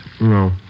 No